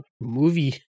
movie